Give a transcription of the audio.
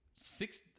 six